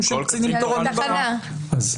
שהם קצינים תורניים ברמה --- אז,